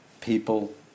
people